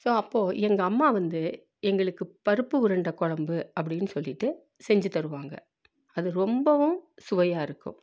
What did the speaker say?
so அப்போ எங்கள் அம்மா வந்து எங்களுக்கு பருப்பு உருண்டை கொழம்பு அப்படின்னு சொல்லிட்டு செஞ்சு தருவாங்க அது ரொம்பவும் சுவையாக இருக்கும்